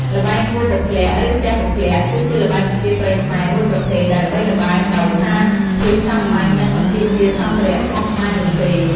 ល្បែងគោះពព្លាក់ ឬទះពព្លាក់ គឺជាល្បែងប្រជាប្រិយខ្មែរមួយប្រភេទដែលល្បីល្បាញដោយសារភាពសាមញ្ញ និងមិនទាមទារសម្ភារៈស្មុគស្មាញនោះទេ។